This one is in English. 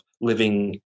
living